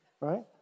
right